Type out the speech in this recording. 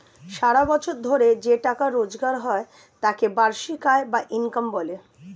সারা বছর ধরে যে টাকা রোজগার হয় তাকে বার্ষিক আয় বা ইনকাম বলে